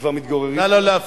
שכבר מתגוררים, נא לא להפריע.